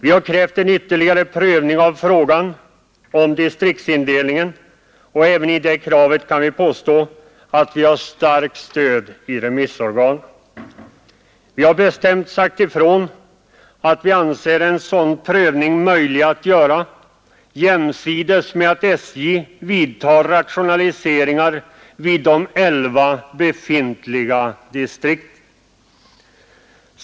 Vi har krävt en ytterligare prövning av frågan om distriktsindelningen, och även i det kravet kan vi påstå att vi har starkt stöd i remissorganen. Vi har bestämt sagt ifrån att vi anser en sådan prövning möjlig att göra jämsides med att SJ vidtar rationaliseringar vid de elva befintliga distrikten.